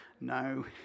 no